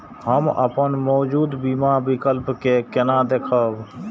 हम अपन मौजूद बीमा विकल्प के केना देखब?